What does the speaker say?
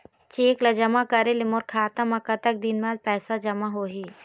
Cheque ला जमा करे ले मोर खाता मा कतक दिन मा पैसा जमा होही?